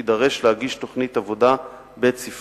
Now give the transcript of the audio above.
יידרש להגיש תוכנית עבודה בית-ספרית